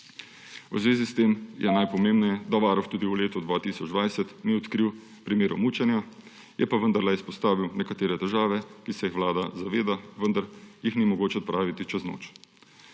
V zvezi s tem je najpomembneje, da Varuh tudi v letu 2020 ni odkril primerov mučenja, je pa vendarle izpostavil nekatere težave, ki se jih Vlada zaveda, vendar jih ni mogoče odpraviti čez noč.